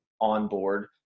onboard